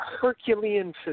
Herculean